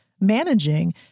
managing